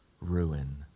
ruin